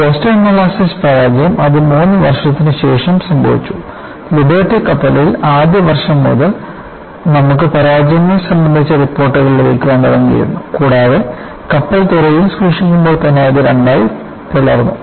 Boston molasses പരാജയം അത് മൂന്ന് വർഷത്തിന് ശേഷം സംഭവിച്ചു ലിബർട്ടി കപ്പലിൽ ആദ്യ വർഷം മുതൽ നമുക്ക് പരാജയങ്ങൾ സംബന്ധിച്ച റിപ്പോർട്ടുകൾ ലഭിക്കാൻ തുടങ്ങിയിരുന്നു കൂടാതെ കപ്പൽ തുറയിൽ സൂക്ഷിക്കുമ്പോൾ അത് രണ്ടായി പിളർന്നു